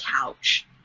couch